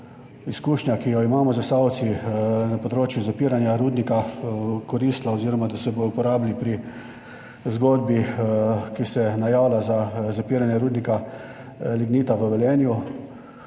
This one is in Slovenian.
izkušnja, ki jo imamo Zasavci na področju zapiranja rudnika, koristila oziroma da jo bodo uporabili pri zgodbi, ki se najavlja za zapiranje rudnika lignita v Velenju.